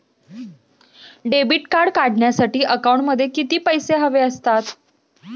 Debit card काढण्यासाठी अकाउंटमध्ये किती पैसे हवे असतात?